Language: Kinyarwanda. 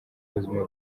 ubuzima